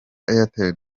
airtel